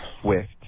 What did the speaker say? Swift